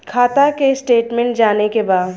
खाता के स्टेटमेंट जाने के बा?